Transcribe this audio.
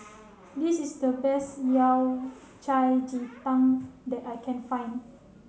this is the best Yao Cai Ji Tang that I can find